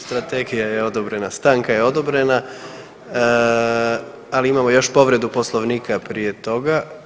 Strategija je odobrena, stanka je odobrena, ali imamo još povredu Poslovnika prije toga.